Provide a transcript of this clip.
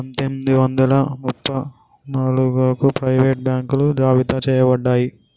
పందొమ్మిది వందల ముప్ప నాలుగగు ప్రైవేట్ బాంకులు జాబితా చెయ్యబడ్డాయి